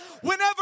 whenever